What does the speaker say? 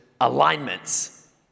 alignments